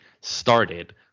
started